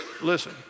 Listen